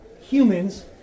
humans